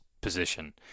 position